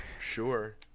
Sure